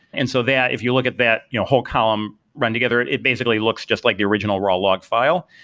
and so yeah if you look at that you know whole column run together, it it basically looks just like the original raw log file.